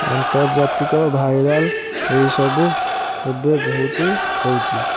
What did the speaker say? ଆନ୍ତର୍ଜାତିକ ଭାଇରାଲ୍ ଏହିସବୁ ଏବେ ବହୁତ ହେଉଛି